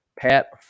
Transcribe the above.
Pat